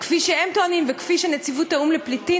כפי שהם טוענים וכפי שנציבות האו"ם לפליטים